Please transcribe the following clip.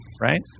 Right